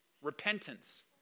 Repentance